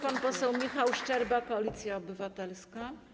Pan poseł Michał Szczerba, Koalicja Obywatelska.